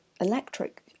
electric